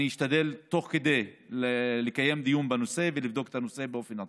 אשתדל תוך כדי לקיים דיון בנושא ולבדוק את הנושא באופן אישי.